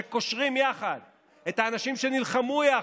שקושרים יחד את האנשים שנלחמו יחד,